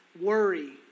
worry